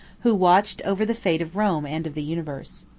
who watched over the fate of rome and of the universe.